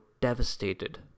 devastated